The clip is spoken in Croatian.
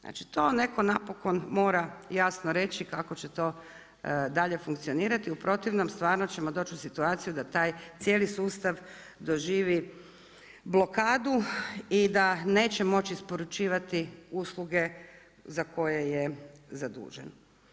Znači to netko napokon mora jasno reći kako će to dalje funkcionirati, u protivnom stvarno ćemo doći u situaciju da taj cijeli sustav doživi blokadu i da neće moći isporučivati usluge za koje je zadužen.